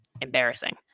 embarrassing